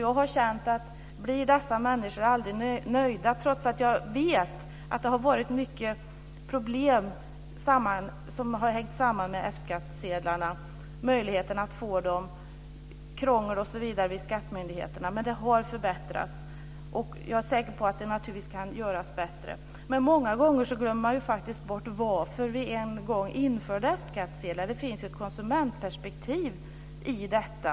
Jag har undrat om dessa människor aldrig blir nöjda, trots att jag vet att det har varit många problem som har hängt samman med F skattsedlarna. Det har gällt möjligheterna att få dem, krångel osv. vid skattemyndigheterna, men det har förbättrats. Det kan naturligtvis göras bättre, men många gånger glömmer man bort varför vi en gång införde F-skattsedlar. Det finns ett konsumentperspektiv i detta.